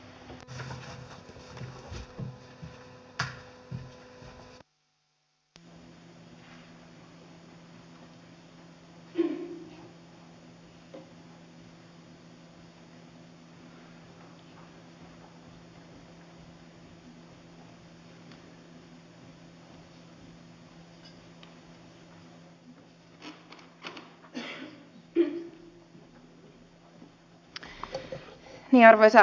maat sitoutuvat vapaaehtoisiin päästövähennyksiin ja sitoutuvat toimittamaan päästötietojaan avoimesti